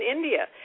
India